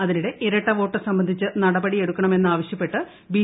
അതിനിടെ ഇരട്ടവോട്ട് സംബന്ധിച്ച് നടപടിയെടുക്കണമെന്ന് ആവശ്യപ്പെട്ട് ബി